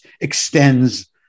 extends